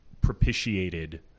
propitiated